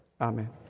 Amen